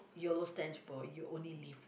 Yolo stands for you only live